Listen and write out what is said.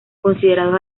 considerados